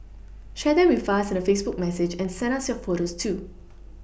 share them with us in a Facebook message and send us your photos too